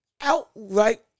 outright